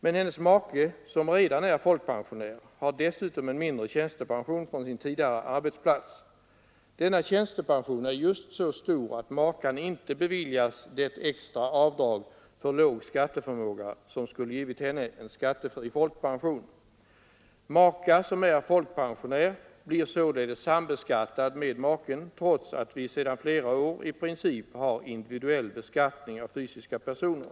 Men hennes make, som redan är folkpensionär, har dessutom en mindre tjänstepension från sin tidigare arbetsplats. Denna tjänstepension är just så stor att makan inte beviljas det extra avdrag för låg skatteförmåga, som skulle ha givit henne en skattefri folkpension! Maka som är folkpensionär blir således sambeskattad med maken trots att vi sedan flera år i princip har individuell beskattning av fysiska personer.